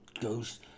goes